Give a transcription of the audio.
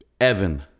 Evan –